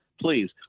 Please